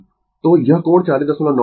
तो यह कोण 409 o है